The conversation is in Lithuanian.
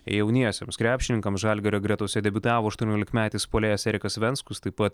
jauniesiems krepšininkams žalgirio gretose debiutavo aštuoniolikmetis puolėjas erikas venskus taip pat